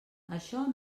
això